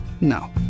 No